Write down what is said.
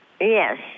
Yes